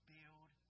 Build